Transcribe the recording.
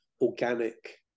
organic